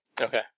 Okay